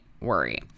worry